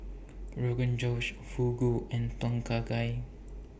Rogan Josh Fugu and Tom Kha Gai